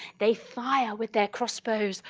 they fire with their cross bows,